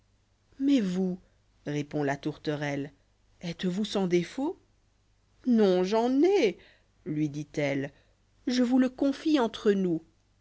mais vous répond'la tourterelle etes yous sans défauts non j'en ai lui dit-elle je vous le confie entre nous